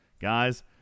Guys